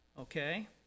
okay